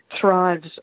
thrives